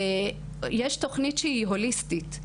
יש תוכנית שהיא הוליסטית,